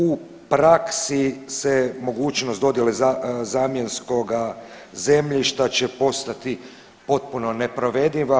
U praksi se mogućnost dodjele zamjenskoga zemljišta će postati potpuno neprovedive.